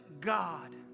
God